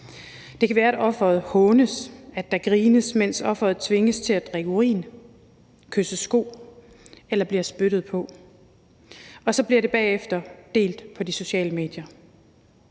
Det kan være, at offeret hånes, at der grines, mens offeret tvinges til at drikke urin, kysse sko eller bliver spyttet på, og bagefter bliver det så delt på de sociale medier.